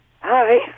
Hi